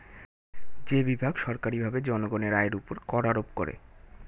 যে বিভাগ সরকারীভাবে জনগণের আয়ের উপর কর আরোপ করে